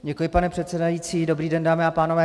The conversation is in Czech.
Děkuji, pane předsedající, dobrý den dámy a pánové.